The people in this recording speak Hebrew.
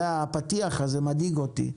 הפתיח הזה מדאיג אותי.